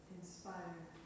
Inspired